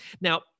Now